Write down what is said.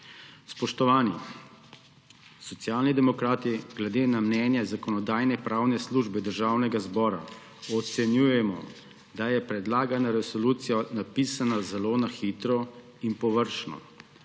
Spoštovani! Socialni demokrati glede na mnenje Zakonodajno-pravne službe Državnega zbora ocenjujemo, da je predlagana resolucija napisana zelo na hitro in površno.